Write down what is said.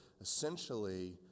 essentially